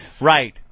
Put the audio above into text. Right